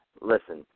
Listen